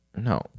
No